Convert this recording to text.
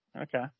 okay